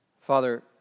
Father